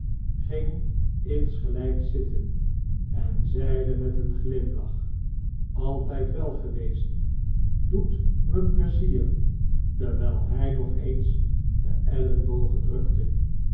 ging insgelgks zitten en zeide met een glimlach altgd wel geweest doet me pleizier terwgl hg nog eens de ellebogen drukte